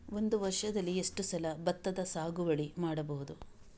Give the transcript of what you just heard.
ಒಂದು ವರ್ಷದಲ್ಲಿ ಎಷ್ಟು ಸಲ ಭತ್ತದ ಸಾಗುವಳಿ ಮಾಡಬಹುದು?